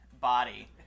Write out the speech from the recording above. body